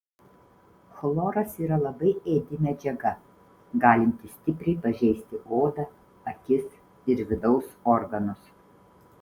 chloras yra labai ėdi medžiaga galinti stipriai pažeisti odą akis ir vidaus organus